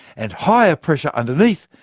and higher pressure underneath,